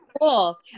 cool